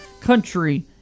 country